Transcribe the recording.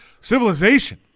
civilization